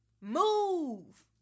Move